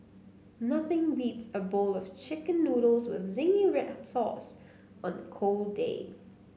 nothing beats a bowl of chicken noodles with zingy red sauce on a cold day